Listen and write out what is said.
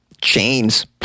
chains